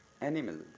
Animal